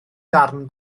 darn